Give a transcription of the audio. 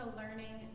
learning